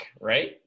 right